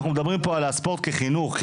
אנחנו מדברים פה על הספורט כחינוך.